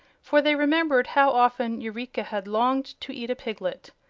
for they remembered how often eureka had longed to eat a piglet.